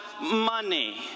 money